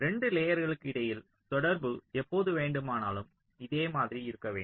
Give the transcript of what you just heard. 2 லேயர்களுக்கு இடையில் தொடர்பு எப்போது வேண்டுமானாலும் இதே மாதிரி இருக்கு வேண்டும்